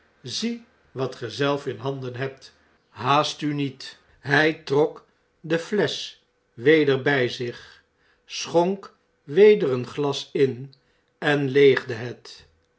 zie wat ge zelf in nanden hebt haast u niet i hy trok de flesch weder by zich schonk weder een glas in en ledigde het